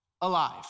alive